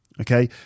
okay